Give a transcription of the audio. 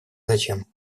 зачем